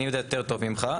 אני יודע יותר טוב ממך,